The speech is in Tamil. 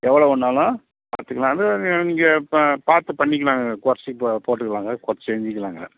எவ்வளோ வேணாலும் பார்த்துக்கலாம் அது நீங்கள் ப பார்த்து பண்ணிக்கலாங்க குறச்சி போ போட்டுக்கலாங்க குறச்சி எழுதிக்கலாங்க